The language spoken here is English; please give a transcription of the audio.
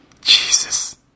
Jesus